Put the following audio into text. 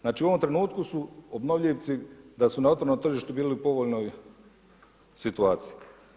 Znači u ovom trenutku su „obnovljivci“ da su na otvorenom tržištu, bili bi u povoljnoj situaciji.